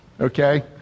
okay